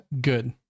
good